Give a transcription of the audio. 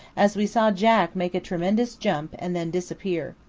as we saw jack make a tremendous jump, and then disappear.